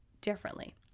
differently